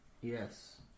Yes